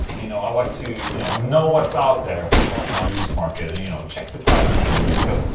you know, i like to you know know what's out there on the used market and you know, check the prices a little bit, because.